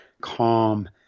calm